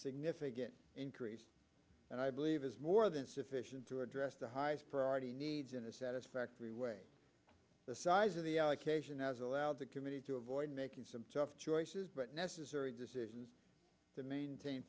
significant increase and i believe is more than sufficient to address the high priority needs in a satisfactory way the size of the allocation has allowed the committee to avoid making some tough choices but necessary decisions maintain